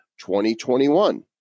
2021